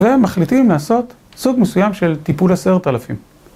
ומחליטים לעשות סוג מסוים של טיפול עשרת אלפים